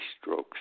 strokes